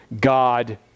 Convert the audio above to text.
God